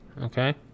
okay